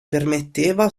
permetteva